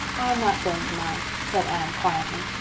i'm not going to mind, said anne quietly,